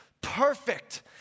Perfect